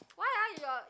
why uh your